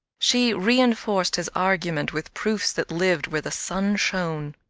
she re-enforced his argument with proofs that lived where the sun shone.